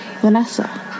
Vanessa